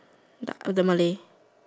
the the Malay